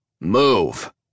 Move